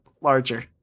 larger